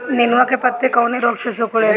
नेनुआ के पत्ते कौने रोग से सिकुड़ता?